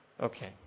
Okay